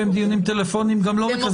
בהן דיונים טלפוניים גם לא בכזאת סיטואציה.